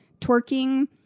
twerking